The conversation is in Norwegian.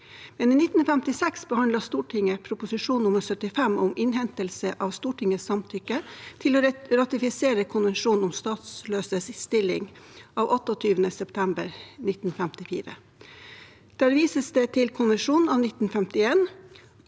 men i 1956 behandlet Stortinget en proposisjon, St. prp. nr. 75, Om innhentelse av Stortingets samtykke til å ratifisere konvensjonen om statsløses stilling av 28. september 1954. Der vises det til konvensjonen av 1951